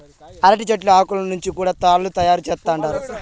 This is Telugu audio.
అరటి చెట్ల ఆకులను నుంచి కూడా తాళ్ళు తయారు చేత్తండారు